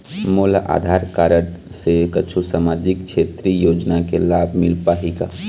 मोला आधार कारड से कुछू सामाजिक क्षेत्रीय योजना के लाभ मिल पाही का?